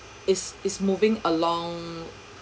is is moving along